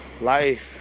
Life